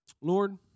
Lord